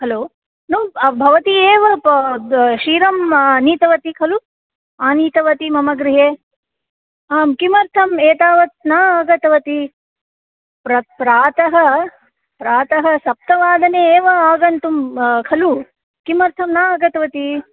hello न भवती एव ब द क्षीरं नीतवती खलु आनीतवती मम गृहे आं किमर्थम् एतावत् न आगतवती प्र प्रातः प्रातः सप्तवादने एव आगन्तुं खलु किमर्थं न आगतवती